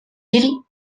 gil